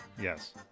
Yes